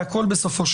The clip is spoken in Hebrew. בסוף הכול שם.